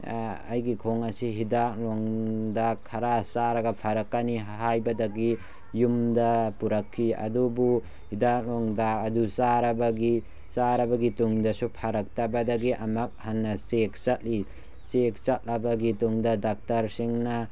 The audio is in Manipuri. ꯑꯩꯒꯤ ꯈꯣꯡ ꯑꯁꯤ ꯍꯤꯗꯥꯛ ꯅꯨꯡꯗꯥꯛ ꯈꯔ ꯆꯥꯔꯒ ꯐꯔꯛꯀꯅꯤ ꯍꯥꯏꯕꯗꯒꯤ ꯌꯨꯝꯗ ꯄꯨꯔꯛꯈꯤ ꯑꯗꯨꯕꯨ ꯍꯤꯗꯥꯛ ꯅꯨꯡꯗꯥꯛ ꯑꯗꯨ ꯆꯥꯔꯕꯒꯤ ꯆꯥꯔꯕꯒꯤ ꯇꯨꯡꯗꯁꯨ ꯐꯔꯛꯇꯕꯗꯒꯤ ꯑꯃꯨꯛ ꯍꯟꯅ ꯆꯦꯛ ꯆꯠꯂꯤ ꯆꯦꯛ ꯆꯠꯂꯕꯒꯤ ꯇꯨꯡꯗ ꯗꯣꯛꯇꯔꯁꯤꯡꯅ